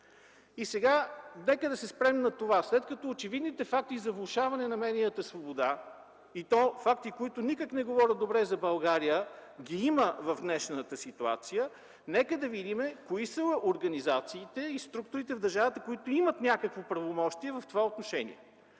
Сега нека да се спрем на това. След като очевидните факти за влошаване на медийната свобода, и то факти, които не говорят никак добре за България, ги има в днешната ситуация, нека видим кои са организациите и структурите в държавата, които имат някакво правомощие в това отношение.